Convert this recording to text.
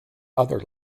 other